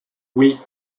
oui